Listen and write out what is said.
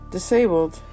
Disabled